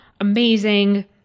amazing